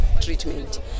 treatment